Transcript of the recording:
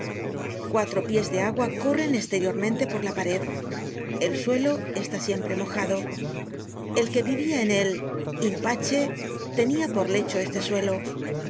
cuatro pies de agua corren esteriormente por la pared el suelo está siempre mojado el que vivia en el in pace tenia por lecho este suelo en